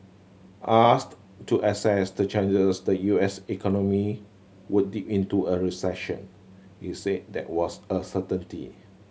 asked to assess the changes the U S economy would dip into a recession he said that was a certainty